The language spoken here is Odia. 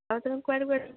ଆଉ ତୁମେ କୁଆଡ଼େ କୁଆଡ଼େ ସବୁ